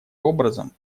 образом